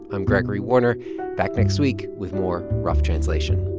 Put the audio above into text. i'm gregory warner back next week with more rough translation